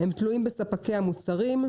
הם תלויים בספקי המוצרים,